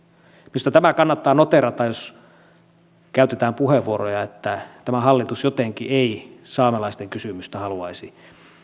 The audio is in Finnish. minusta tämä kannattaa noteerata jos käytetään puheenvuoroja että tämä hallitus jotenkin ei saamelaisten kysymystä haluaisi